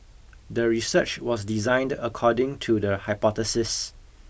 the research was designed according to the hypothesis